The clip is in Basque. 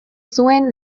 zuen